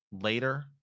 later